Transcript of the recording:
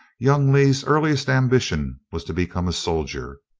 young lee's earliest ambition was to become a soldier.